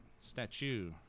Statue